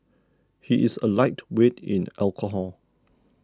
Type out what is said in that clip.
he is a lightweight in alcohol